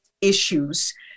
issues